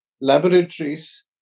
laboratories